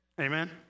amen